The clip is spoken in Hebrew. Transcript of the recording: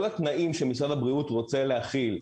כל התנאים שמשרד הבריאות רוצה להחיל,